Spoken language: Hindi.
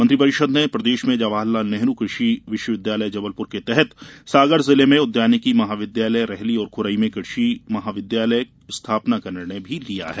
मंत्रिपरिषद ने प्रदेश में जवाहरलाल नेहरू कृषि विश्वविद्यालय जबलपुर के तहत सागर जिले में उद्यानिकी महाविद्यालय रेहली और खुरई में कृषि महाविद्यालय स्थापना का निर्णय लिया है